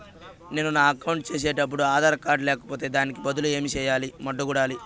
నేను నా అకౌంట్ సేసేటప్పుడు ఆధార్ కార్డు లేకపోతే దానికి బదులు ఏమి సెయ్యాలి?